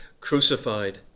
crucified